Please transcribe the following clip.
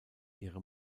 ihre